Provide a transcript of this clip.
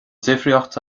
difríocht